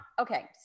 okay